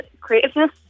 creativeness